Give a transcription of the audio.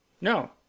No